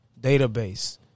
database